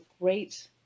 great